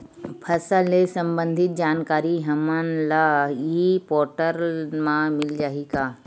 फसल ले सम्बंधित जानकारी हमन ल ई पोर्टल म मिल जाही का?